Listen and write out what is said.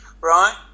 right